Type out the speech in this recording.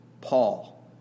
Paul